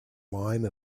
line